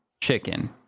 chicken